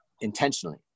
intentionally